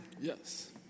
Yes